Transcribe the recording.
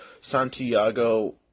Santiago